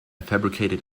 fabricated